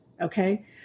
okay